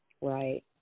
Right